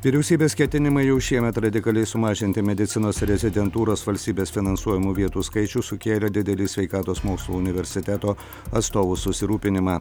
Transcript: vyriausybės ketinimai jau šiemet radikaliai sumažinti medicinos rezidentūros valstybės finansuojamų vietų skaičių sukėlė didelį sveikatos mokslų universiteto atstovų susirūpinimą